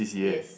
yes